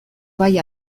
bai